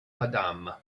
adam